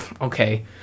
okay